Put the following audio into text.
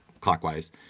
clockwise